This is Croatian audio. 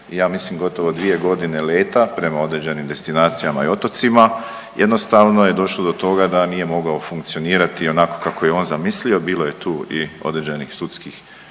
ja mislim gotovo dvije godine leta prema određenim destinacijama i otocima jednostavno je došlo do toga da nije mogao funkcionirati onako kako je on zamislio. Bilo je tu i određenih sudskih